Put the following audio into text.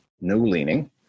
no-leaning